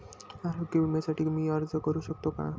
आरोग्य विम्यासाठी मी अर्ज करु शकतो का?